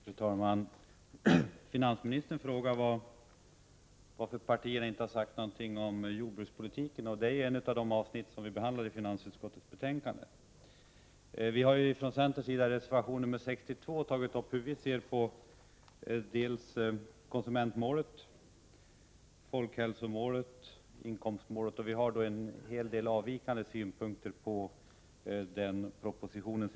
Fru talman! Finansministern frågade varför vi inte har sagt någonting om jordbrukspolitiken, som ju är ett av de avsnitt som behandlas i finansutskottets betänkande. I reservation 62 har vi i centerpartiet beskrivit hur vi ser på konsumentmålet, folkhälsomålet och inkomstmålet, och vi har en hel del avvikande synpunkter på utformningen av propositionen.